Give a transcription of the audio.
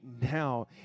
now